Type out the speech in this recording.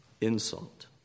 insult